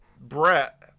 brett